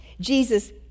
Jesus